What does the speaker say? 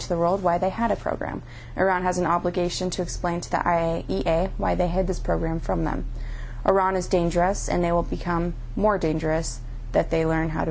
to the world why they had a program iran has an obligation to explain to the ira why they had this program from them iran is dangerous and they will become more dangerous that they learn how to